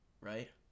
right